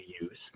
use